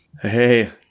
Hey